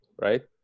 right